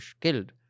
killed